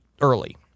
early